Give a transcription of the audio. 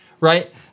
right